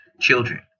children